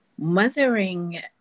Mothering